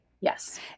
yes